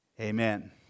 Amen